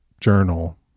Journal